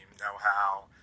know-how